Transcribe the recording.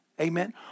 Amen